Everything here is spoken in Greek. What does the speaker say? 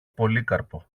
πολύκαρπο